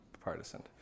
partisan